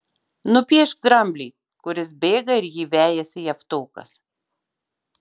nupiešk dramblį kuris bėga ir jį vejasi javtokas